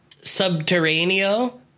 Subterraneo